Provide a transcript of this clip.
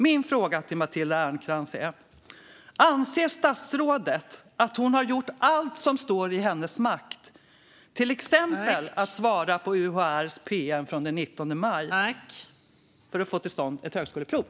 Min fråga till Matilda Ernkrans är: Anser statsrådet att hon har gjort allt som står i hennes makt, till exempel att svara på UHR:s pm från den 19 maj, för att få till stånd ett högskoleprov?